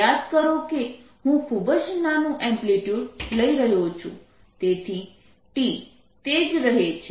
યાદ કરો કે હું ખૂબ નાનું એમ્પ્લિટ્યૂડ લઈ રહ્યો છું તેથી T તે જ રહે છે